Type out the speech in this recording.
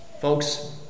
Folks